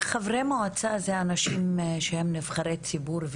חברי מועצה זה אנשים שהם נבחרי ציבור.